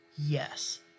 Yes